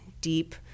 deep